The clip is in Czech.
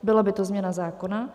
Byla by to změna zákona.